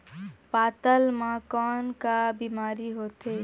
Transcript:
पातल म कौन का बीमारी होथे?